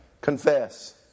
Confess